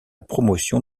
promotion